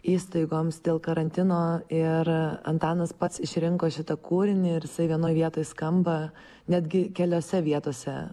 įstaigoms dėl karantino ir antanas pats išrinko šitą kūrinį ir jisai vienoj vietoj skamba netgi keliose vietose